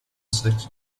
selected